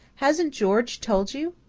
hasn't george told you?